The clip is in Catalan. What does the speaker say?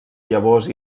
llavors